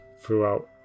throughout